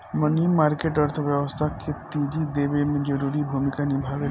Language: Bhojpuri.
मनी मार्केट अर्थव्यवस्था के तेजी देवे में जरूरी भूमिका निभावेला